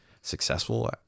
successful